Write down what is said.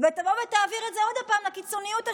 ותבוא ותעביר את זה עוד פעם לקיצוניות השנייה.